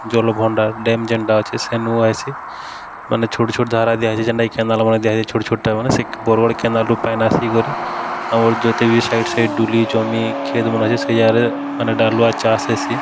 ଜଲଭଣ୍ଡାର୍ dam ଯେନ୍ଟା ଅଛେ ସେନୁ ଆଏସି ମାନେ ଛୋଟ୍ ଛୋଟ୍ ଧାରା ଦିଆ ହେସି ଯେନ୍ଟା ଏ କେନାଲ୍ ମାନେ ଦିଆହେଇଛେ ଛୋଟ୍ ଛୋଟ୍ଟା ମାନେ ସେ ବରଗଡ଼୍ କେନାଲ୍ରୁ ପାନି ଆସିକରି ଆମର୍ ଯେତେ ବି ସାଇଡ଼୍ ସାଇଡ୍ ଡ଼ୁଲି ଜମି ଖେତ୍ ମାନେ ଅଛେ ସେ ଜାଗାରେ ମାନେ ଡାଲୁଆ ଚାଷ ହେସି